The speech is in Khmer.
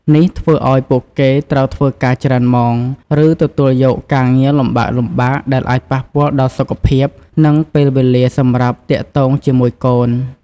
នេះធ្វើឱ្យពួកគេត្រូវធ្វើការច្រើនម៉ោង ឬទទួលយកការងារលំបាកៗ ដែលអាចប៉ះពាល់ដល់សុខភាព និងពេលវេលាសម្រាប់ទាក់ទងជាមួយកូន។